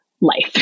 life